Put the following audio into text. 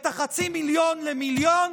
ואת חצי המיליון למיליון,